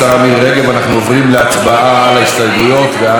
ואנחנו עוברים להצבעה על ההסתייגות ועל החוק.